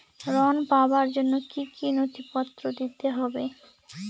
ঋণ পাবার জন্য কি কী নথিপত্র দিতে হবে?